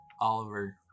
Oliver